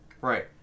Right